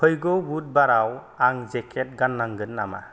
फैगौ बुधबाराव आं जेकेट गान्नांगोन नामा